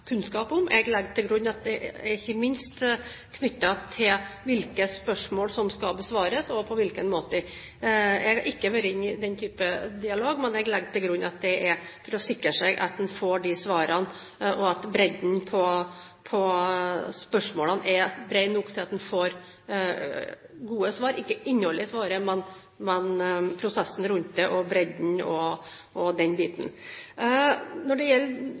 kunnskap om. Jeg legger til grunn at det er ikke minst knyttet til hvilke spørsmål som skal besvares, og på hvilken måte. Jeg har ikke vært i den type dialog, men jeg legger til grunn at det er for å sikre seg at en får de svarene, og at bredden på spørsmålene er stor nok til at en får gode svar – ikke innholdet i svaret, men prosessen rundt det og bredden og den biten. Når det gjelder